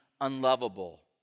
unlovable